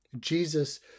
Jesus